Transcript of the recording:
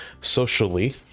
socially